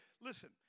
Listen